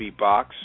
beatbox